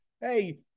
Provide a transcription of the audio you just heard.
Hey